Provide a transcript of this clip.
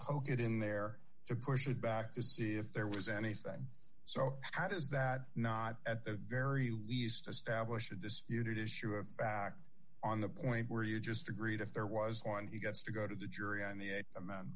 poked it in there to push it back to see if there was anything so how does that not at the very least establish a disputed issue of fact on the point where you just agreed if there was one he gets to go to the jury and the